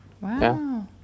Wow